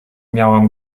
miałam